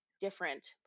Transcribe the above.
different